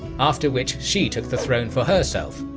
after which she took the throne for herself.